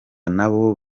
nabo